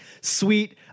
sweet